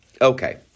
Okay